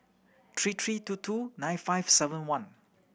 three three two two nine five seven one